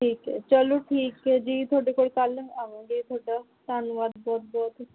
ਠੀਕ ਹੈ ਚੱਲੋ ਠੀਕ ਹੈ ਜੀ ਤੁਹਾਡੇ ਕੋਲ ਕੱਲ੍ਹ ਨੂੰ ਆਵਾਂਗੇ ਤੁਹਾਡਾ ਧੰਨਵਾਦ ਬਹੁਤ ਬਹੁਤ